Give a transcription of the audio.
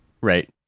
right